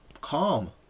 calm